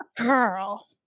Girl